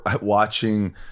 watching